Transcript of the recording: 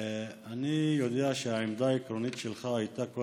אני יודע שהעמדה העקרונית שלך הייתה כל